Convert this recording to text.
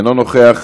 אינו נוכח,